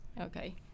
okay